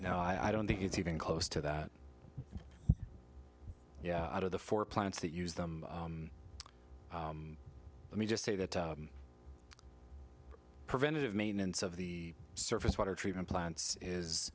now i don't think it's even close to that yeah out of the four plants that use them let me just say that preventative maintenance of the surface water treatment plants is